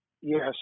Yes